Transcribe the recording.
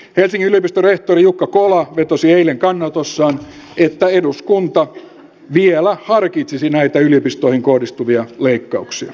helsingin yliopiston rehtori jukka kola vetosi eilen kannanotossaan että eduskunta vielä harkitsisi näitä yliopistoihin kohdistuvia leikkauksia